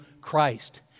christ